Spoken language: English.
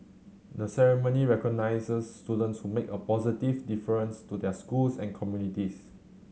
the ceremony recognises students who make a positive difference to their schools and communities